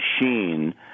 machine